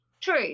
True